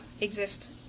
exist